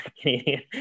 Canadian